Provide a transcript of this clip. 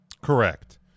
Correct